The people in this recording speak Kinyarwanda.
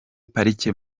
parike